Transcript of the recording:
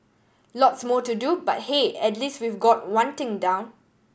lots more to do but hey at least we've got one thing down